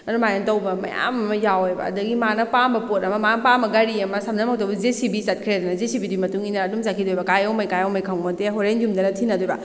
ꯑꯗꯨꯃꯥꯏꯅ ꯇꯧꯕ ꯃꯌꯥꯝ ꯑꯃ ꯌꯥꯎꯑꯦꯕ ꯑꯗꯒꯤ ꯃꯥꯅ ꯄꯥꯝꯕ ꯄꯣꯠ ꯑꯃ ꯃꯥꯅ ꯄꯥꯝꯕ ꯒꯔꯤ ꯑꯃ ꯁꯝꯅꯃꯛꯇꯕꯨ ꯖꯦ ꯁꯤ ꯕꯤ ꯆꯠꯈ꯭ꯔꯦꯗꯅ ꯖꯦ ꯁꯤ ꯕꯤ ꯗꯨꯒꯤ ꯃꯇꯨꯡ ꯏꯟꯅꯔꯒ ꯑꯗꯨꯝ ꯆꯠꯈꯤꯗꯣꯏꯕ ꯀꯥꯏ ꯌꯧꯃꯩ ꯀꯥꯏ ꯌꯧꯃꯩ ꯈꯪꯄꯣꯅꯠꯇꯦ ꯍꯣꯔꯦꯟ ꯌꯨꯝꯗꯅ ꯊꯤꯅꯗꯣꯏꯕ